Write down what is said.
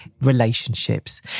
relationships